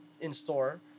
in-store